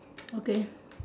okay